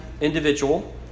individual